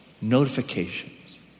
Notifications